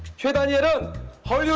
choi daniel and